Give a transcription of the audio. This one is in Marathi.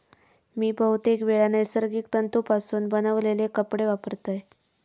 मी बहुतेकवेळा नैसर्गिक तंतुपासून बनवलेले कपडे वापरतय